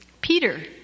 Peter